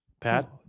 Pat